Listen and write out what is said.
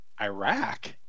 Iraq